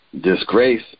disgrace